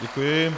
Děkuji.